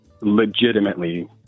legitimately